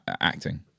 acting